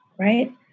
right